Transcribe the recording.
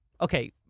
Okay